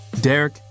Derek